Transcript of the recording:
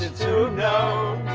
to to know.